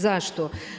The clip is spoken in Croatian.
Zašto?